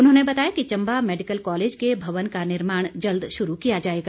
उन्होने बताया कि चंबा मैडिकल कॉलेज के भवन का निर्माण जल्द शुरू किया जाएगा